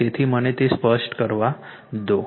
તેથી મને તે સ્પષ્ટ કરવા દો